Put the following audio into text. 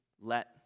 let